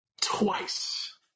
twice